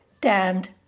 damned